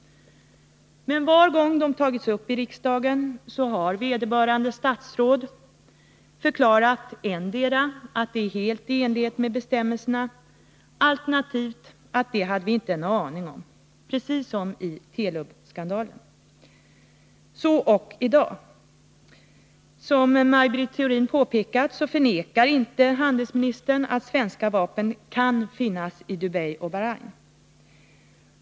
Men var gång de tagits upp i riksdagen har vederbörande statsråd förklarat endera att det är helt i enlighet med bestämmelserna alternativt att ”det hade vi inte en aning om”, precis som i Telubskandalen. Så ock i dag. Som Maj Britt Theorin påpekat förnekar handelsministern inte att svenska vapen kan finnas i Dubai och Bahrein.